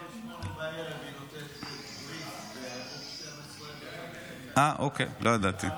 --- אה, אוקיי, לא ידעתי.